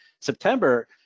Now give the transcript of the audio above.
september